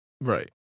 Right